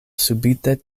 subite